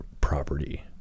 property